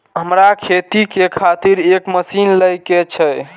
हमरा खेती के खातिर एक मशीन ले के छे?